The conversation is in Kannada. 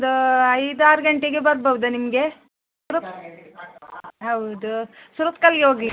ಒಂದು ಐದಾರು ಗಂಟೆಗೆ ಬರ್ಬೌದ ನಿಮಗೆ ಹೌದು ಸುರತ್ಕಲ್ಲಿಗೆ ಹೋಗ್ಲಿಕ್ಕೆ